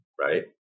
right